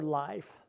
life